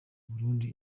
burundi